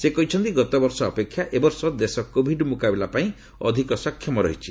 ସେ କହିଛନ୍ତି ଗତବର୍ଷ ଅପେକ୍ଷା ଏବର୍ଷ ଦେଶ କୋଭିଡ ମୁକାବିଲା ପାଇଁ ଅଧିକ ସକ୍ଷମ ରହିଛି